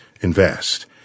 invest